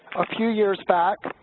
a few years back,